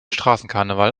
straßenkarneval